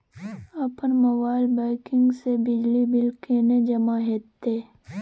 अपन mobile banking से बिजली बिल केने जमा हेते?